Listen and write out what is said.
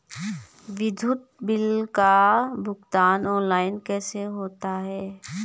विद्युत बिल का भुगतान ऑनलाइन कैसे होता है?